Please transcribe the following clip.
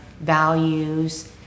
values